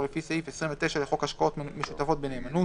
או לפי סעיף 29 לחוק השקעות משותפות בנאמנות,